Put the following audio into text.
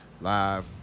live